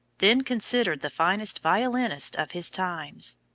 then considered the finest violinist of his times.